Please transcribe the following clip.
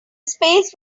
space